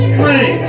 Three